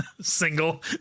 single